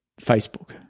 Facebook